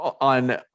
on